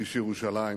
איש ירושלים,